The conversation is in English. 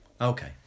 Okay